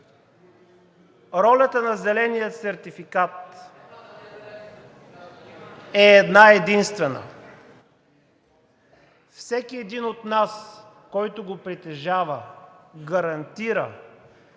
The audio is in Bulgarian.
ролята на зеления сертификат е една единствена – всеки един от нас, който го притежава, гарантира,